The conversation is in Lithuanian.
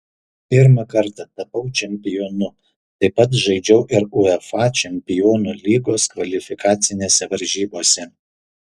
pirmą kartą tapau čempionu taip pat žaidžiau ir uefa čempionų lygos kvalifikacinėse varžybose